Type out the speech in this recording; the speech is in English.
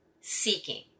seeking